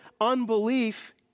unbelief